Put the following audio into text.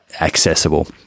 accessible